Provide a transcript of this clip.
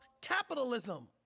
capitalism